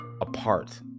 apart